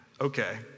Okay